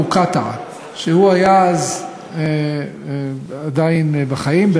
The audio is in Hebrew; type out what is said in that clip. שהיה אז עדיין בחיים,